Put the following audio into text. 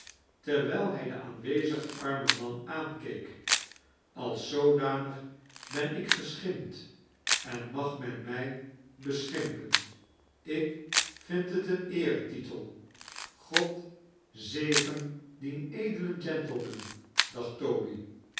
terwijl hij den aanwezigen armen man aankeek als zoodanig ben ik geschimpt en mag men mij beschimpen ik vind het een eeretitel god zegen dien edelen gentleman dacht toby